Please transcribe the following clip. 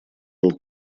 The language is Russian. был